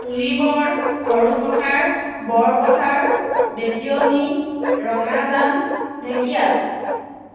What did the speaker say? Pulibor Sarupathar Borpathar Betioni Rangajan Dhekial